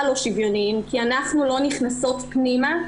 לא שוויוניים כי אנחנו לא נכנסות פנימה,